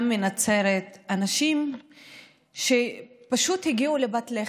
גם בנצרת, אנשים שפשוט הגיעו לפת לחם.